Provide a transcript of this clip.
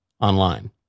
online